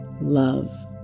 love